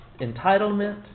entitlement